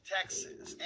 Texas